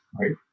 right